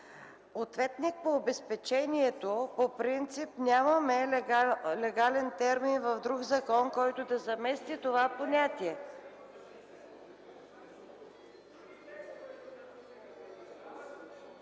Ответник по обезпечението – по принцип нямаме легален термин в друг закон, който да замести това понятие.